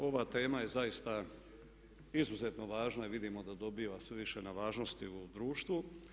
Ova tema je zaista izuzetno važna i vidimo da dobiva sve više na važnosti u društvu.